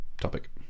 topic